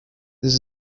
this